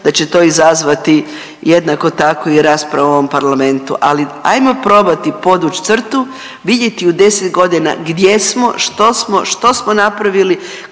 da će to izazvati jednako tako i raspravu u ovom parlamentu, ali ajmo probati podvući crtu, vidjeti u 10 godina gdje smo, što smo, što smo napravili,